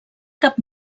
cap